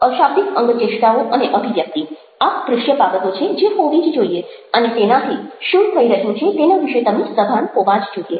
અશાબ્દિક અંગચેષ્ટાઓ અને અભિવ્યક્તિ આ દૃશ્ય બાબતો છે જે હોવી જ જોઈએ અને તેનાથી શું થઈ રહ્યું છે તેના વિશે તમે સભાન હોવા જ જોઈએ